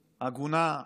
הגונה,